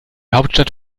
hauptstadt